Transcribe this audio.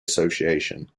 association